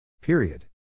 Period